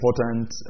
important